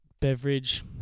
beverage